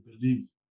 believe